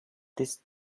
this